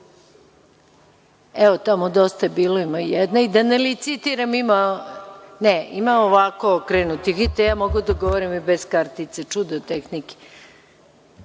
Evo, tamo dosta je bilo. Da ne licitiram. Ima ovako okrenutih. Vidite, ja mogu da govorim i bez kartice, čudo tehnike.